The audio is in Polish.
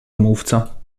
mówca